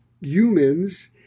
humans